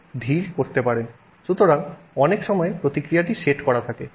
সুতরাং অনেক সময় প্রতিক্রিয়া সেট করা থাকে